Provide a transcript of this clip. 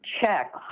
check